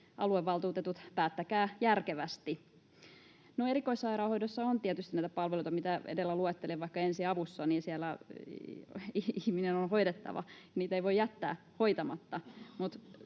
aluevaltuutetut, päättäkää järkevästi. No erikoissairaanhoidossa on tietysti näitä palveluita, mitä edellä luettelin, vaikka ensiavussa. Siellä ihminen on hoidettava, niitä ei voi jättää hoitamatta,